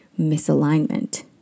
misalignment